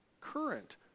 Current